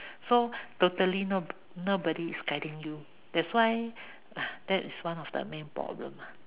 so totally no nobody is guiding you that's why !hais! that is one of the main problem lah